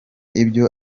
ibyo